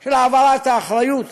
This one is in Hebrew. של העברת האחריות